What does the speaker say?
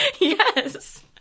Yes